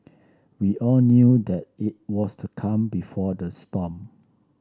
we all knew that it was the calm before the storm